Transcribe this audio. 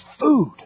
food